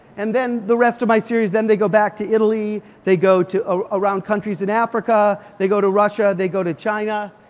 and then the rest of my series, then they go back to italy, they go to around countries in africa. they go to russia. they go to china.